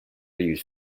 use